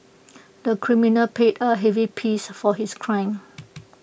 the criminal paid A heavy piece for his crime